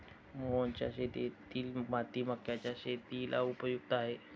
मोहनच्या शेतातील माती मक्याच्या शेतीला उपयुक्त आहे